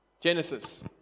Genesis